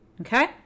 okay